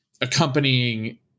accompanying